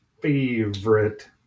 favorite